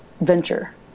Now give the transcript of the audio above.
venture